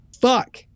Fuck